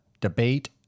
debate